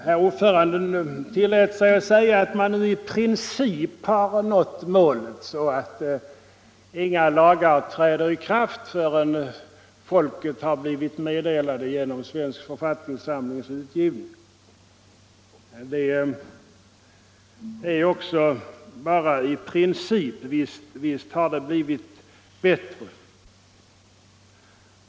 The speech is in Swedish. Herr ordföranden tillät sig säga att man i princip nu har nått målet, så att inga lagar träder i kraft förrän folket meddelats genom Svensk författningssamlings utgivning. Visst har det blivit bättre, men det är också bara i princip.